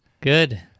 Good